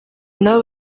nabo